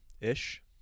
Ish